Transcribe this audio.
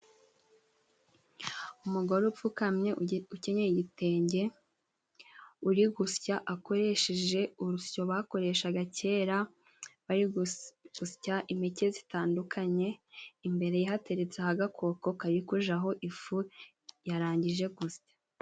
Umugore upfukamye ukenye igitenge, uri gusya akoresheje urusyo bakoreshaga kera bari gusya impeke zitandukanye, imbere yateretse agakoko karikujaho ifu yarangije gusya.